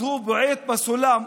הוא בועט בסולם,